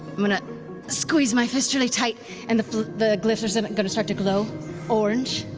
i'm going to squeeze my fist really tight and the the glyphs are so but going to start to glow orange.